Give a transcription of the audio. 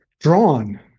drawn